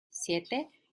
siete